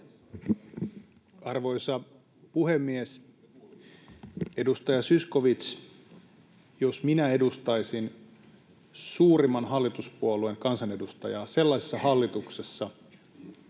Arvoisa puhemies! Edustaja Zyskowicz, jos minä edustaisin suurimman hallituspuolueen kansanedustajaa sellaisessa hallituksessa,